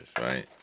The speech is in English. right